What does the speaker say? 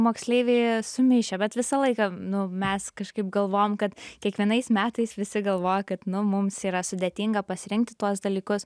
moksleiviai sumišę bet visą laiką nu mes kažkaip galvojom kad kiekvienais metais visi galvoja kad mums yra sudėtinga pasirinkti tuos dalykus